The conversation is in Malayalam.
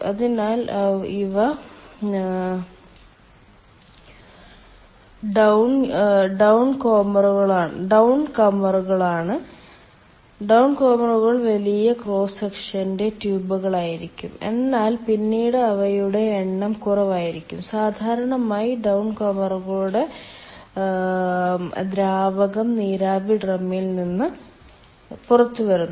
അതിനാൽ ഇവ ഡൌൺകോമറുകളാണ് ഡൌൺകോമറുകൾ വലിയ ക്രോസ് സെക്ഷന്റെ ട്യൂബുകളായിരിക്കും എന്നാൽ പിന്നീട് അവയുടെ എണ്ണം കുറവായിരിക്കും സാധാരണയായി ഡൌൺകമറിലൂടെ ദ്രാവകം നീരാവി ഡ്രമ്മിൽ നിന്ന് പുറത്തുവരുന്നു